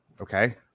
Okay